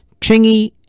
Chingy